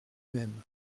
même